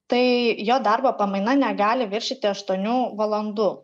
tai jo darbo pamaina negali viršyti aštuonių valandų